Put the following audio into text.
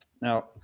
now